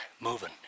moving